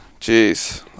Jeez